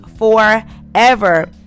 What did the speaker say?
forever